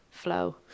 flow